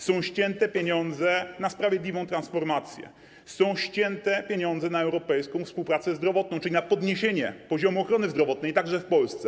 Są ścięte fundusze na sprawiedliwą transformację, na europejską współpracę zdrowotną, czyli na podniesienie poziomu ochrony zdrowotnej, także w Polsce.